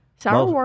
sour